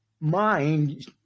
mind